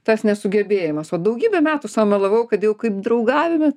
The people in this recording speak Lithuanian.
tas nesugebėjimas o daugybę metų sau melavau kad jau kaip draugavime